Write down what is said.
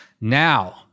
Now